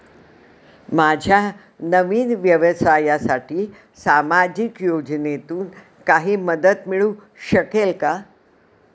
माझ्या नवीन व्यवसायासाठी सामाजिक योजनेतून काही मदत मिळू शकेल का?